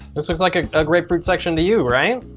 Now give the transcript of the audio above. this looks like a ah grapefruit section to you, right?